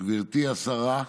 גברתי השרה,